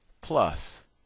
plus